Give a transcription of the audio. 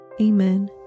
Amen